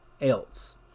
else